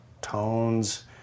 tones